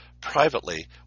Privately